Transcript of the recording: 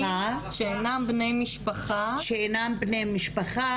שאינם בני משפחה,